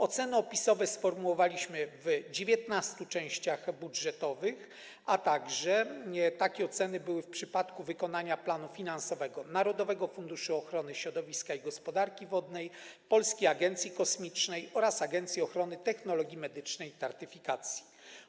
Oceny opisowe formułowaliśmy w 19 częściach budżetowych, a także takie oceny były przedstawione w przypadku wykonania planu finansowego Narodowego Funduszu Ochrony Środowiska i Gospodarki Wodnej, Polskiej Agencji Kosmicznej oraz Agencji Ochrony Technologii Medycznych i Taryfikacji.